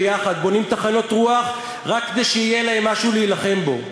שביחד בונים טחנות רוח רק כדי שיהיה להם משהו להילחם בו.